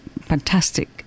fantastic